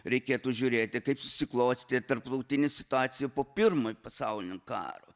reikėtų žiūrėti kaip susiklostė tarptautinė situacija po pirmojo pasaulinio karo